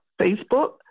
Facebook